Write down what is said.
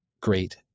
great